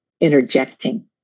interjecting